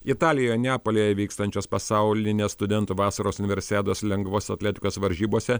italijoje neapolyje vykstančios pasaulinės studentų vasaros universiados lengvos atletikos varžybose